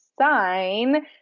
sign